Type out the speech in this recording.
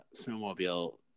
snowmobile